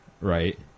Right